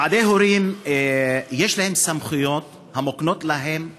ועדי הורים, יש להם סמכויות המוקנות להם בחוק.